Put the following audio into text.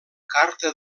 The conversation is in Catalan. carta